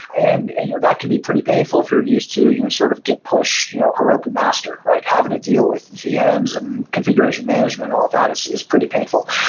and and that can be pretty painful if you're used to you know sort of get pushed you know heroku master, right? having to deal with vm's and configuration management, all that is is pretty painful.